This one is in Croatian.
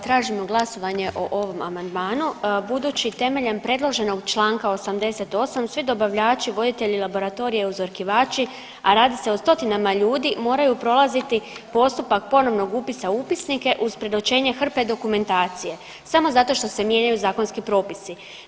Tražimo glasovanje o ovom amandmanu budući temeljem predloženog Članka 88. svi dobavljači, voditelji laboratorija, uzorkivači, a radi se o 100-tinama ljudi moraju prolaziti postupak ponovnog upisa u upisnike uz predočenje hrpe dokumentacije samo zato što se mijenjaju zakonski propisi.